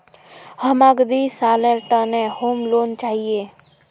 हमाक दी सालेर त न होम लोन चाहिए